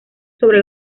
sobre